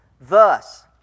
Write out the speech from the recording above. Thus